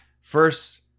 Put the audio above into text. first